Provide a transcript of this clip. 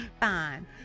Fine